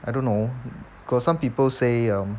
I don't know got some people say um